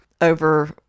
over